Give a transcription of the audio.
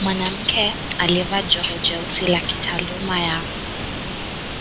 Mwanamke aliyevaa joho jeusi ya kitaaluma ya